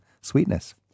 sweetness